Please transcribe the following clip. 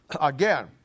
again